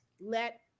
let